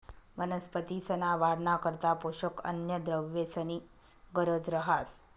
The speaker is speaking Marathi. वनस्पतींसना वाढना करता पोषक अन्नद्रव्येसनी गरज रहास